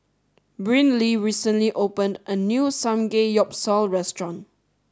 Brynlee recently opened a new Samgeyopsal Restaurant